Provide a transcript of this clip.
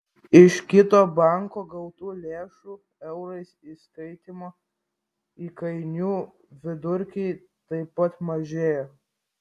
iš kito banko gautų lėšų eurais įskaitymo įkainių vidurkiai taip pat mažėjo